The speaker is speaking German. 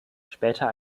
später